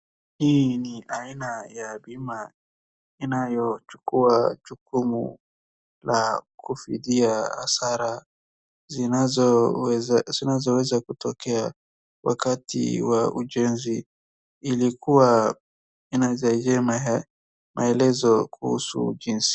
Hii ni aina ya bima inayochukua jukumu la kufidia hasara zinazoweza, zinazoweza kutokea wakati wa ujenzi. Ilikuwa inasaidia maelezo kuhusu jinsi.